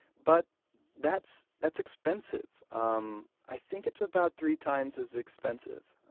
but that's that's expensive um i think it's about three times as expensive.